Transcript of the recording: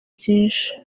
byinshi